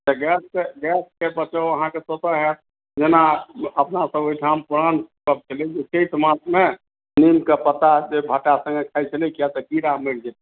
तऽ गैस सॅं बचाव अहाॅंके स्वतः होयत जेना अपना सब ओहिठाम पान सब छलै जे चैत मासमे नीम के पता जे भट्टा संगे खाइ छलै जाहि सॅं कीड़ा मरि जाइ